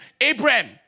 Abraham